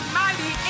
mighty